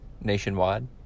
nationwide